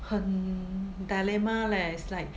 很 dilemma leh it's like